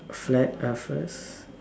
flat earthers